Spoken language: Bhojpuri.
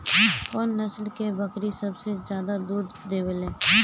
कौन नस्ल की बकरी सबसे ज्यादा दूध देवेले?